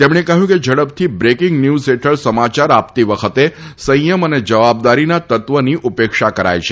તેમણે કહ્યું કે ઝડપથી બ્રેકીંગ ન્યુઝ હેઠળ સમાયાર આપતી વખતે સંયમ અને જવાબદારીનાં તત્વની ઉપેક્ષા કરાય છે